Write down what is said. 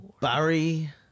Barry